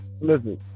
listen